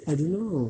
I don't know